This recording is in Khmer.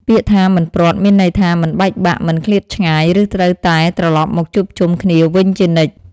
ពាក្យថា «មិនព្រាត់» មានន័យថា មិនបែកបាក់ មិនឃ្លាតឆ្ងាយ ឬត្រូវតែត្រលប់មកជួបជុំគ្នាវិញជានិច្ច។